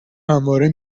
همواره